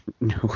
No